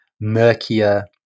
murkier